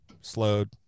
slowed